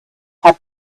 had